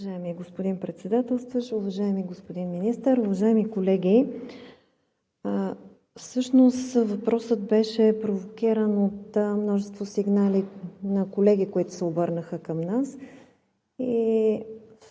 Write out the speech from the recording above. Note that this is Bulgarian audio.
Уважаеми господин Председател, уважаеми господин Министър, уважаеми колеги! Всъщност въпросът беше провокиран от множество сигнали на колеги, които се обърнаха към нас.